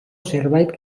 zerbait